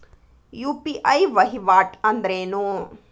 UPI ವಹಿವಾಟ್ ಅಂದ್ರೇನು?